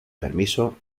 permiso